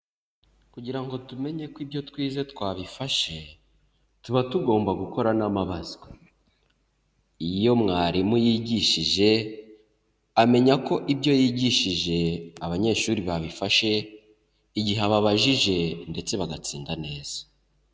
Kugira ngo tumenye ko ibyo twize twabifashe tuba tugomba gukora n'amabazwa, iyo mwarimu yigishije amenya ko ibyo yigishije abanyeshuri babifashe igihe ababajije ndetse bagatsinda neza.